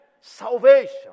Salvation